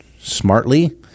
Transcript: smartly